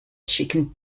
she